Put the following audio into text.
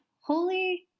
holy